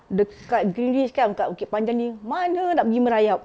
dekat greenridge dekat bukit panjang ini mana nak pergi merayap